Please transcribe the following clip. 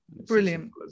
Brilliant